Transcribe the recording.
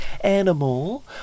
animal